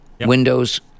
Windows